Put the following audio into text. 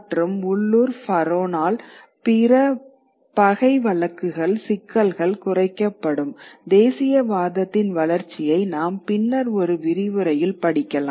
மற்றும் உள்ளூர் பரோன் ஆல் பிற பகை வழக்குகள் சிக்கல்கள் குறைக்கப்படும் தேசியவாதத்தின் வளர்ச்சியை நாம் பின்னர் ஒரு விரிவுரையில் படிக்கலாம்